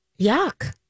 Yuck